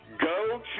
Go